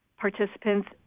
participants